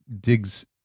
digs